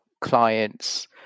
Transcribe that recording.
clients